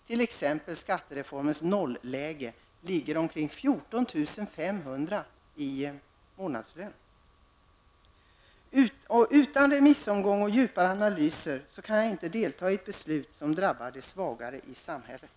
T.ex. när det gäller skattereformens nolläge handlar det om ca 14 500 Utan en remissomgång och djupare analyser kan jag inte delta i ett beslut som drabbar de svagare i samhället.